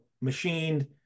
machined